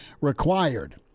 required